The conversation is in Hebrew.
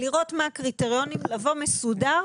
לראות מה הקריטריונים ולבוא מסודר.